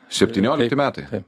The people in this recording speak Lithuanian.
septyniolikti metai